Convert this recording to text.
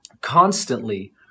constantly